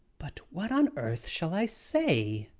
but what on earth shall i say?